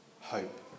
hope